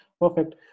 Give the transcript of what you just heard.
Perfect